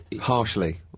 Harshly